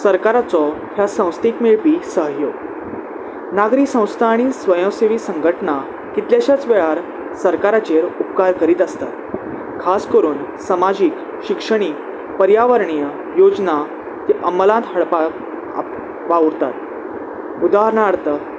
सरकाराचो ह्या संस्थक मेळपी सहयोग नागरीक संस्था आनी स्वयं सेवी संघटना कितलेश्याच वेळार सरकाराचेर उपकार करीत आसतात खास करून समाजीक शिक्षणीक पर्यावरणीय योजना ती अमलांत हाडपाक वावुरतात उदाहरणार्थ